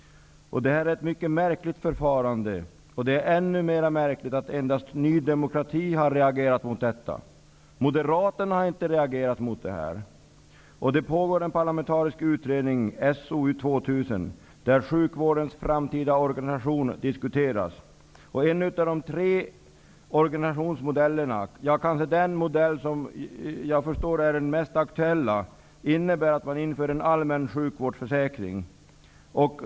Det är ett mycket märkligt förfarande. Det är ännu märkligare att endast Ny demokrati har reagerat mot detta. Moderaterna har inte reagerat. Det pågår en parlamentarisk utredning, HSU 2000, där sjukvårdens framtida organisation diskuteras. En av de tre organisationsmodellerna -- kanske den modell som är mest aktuell -- innebär att en allmän sjukvårdsförsäkring införs.